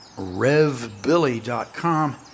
RevBilly.com